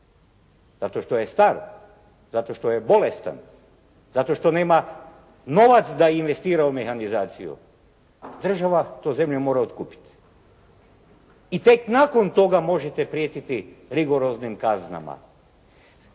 zato što je star, zato što je bolestan, zato što nema novac da investira u mehanizaciju. Država tu zemlju mora otkupiti i tek nakon toga možete prijetiti rigoroznim kaznama.